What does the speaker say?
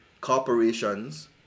corporations